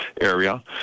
area